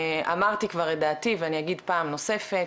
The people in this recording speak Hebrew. אמרתי כבר את דעתי ואני אגיד פעם נוספת,